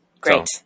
Great